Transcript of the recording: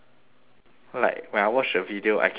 like when I watch the video I can feel it lor